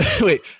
Wait